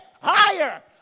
higher